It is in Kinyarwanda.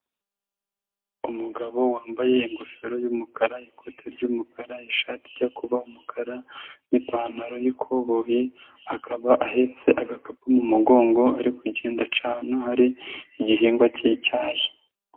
Umugabo wambaye ingofero y'umukara, ikote ry'umukara, ishati ijya kuba umukara n'ipantaro y'ikoboyi, akaba ahetse agakapu mu mugongo ari kugenda aca ahantu hari igihingwa k'icyayi.